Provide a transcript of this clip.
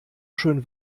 schön